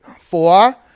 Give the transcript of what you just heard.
Four